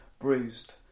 bruised